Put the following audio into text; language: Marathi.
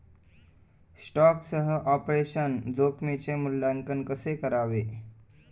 स्टॉकसह ऑपरेशनल जोखमीचे मूल्यांकन कसे करावे?